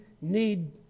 need